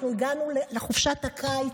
אנחנו הגענו לחופשת הקיץ,